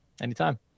Anytime